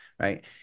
Right